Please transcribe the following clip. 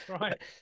Right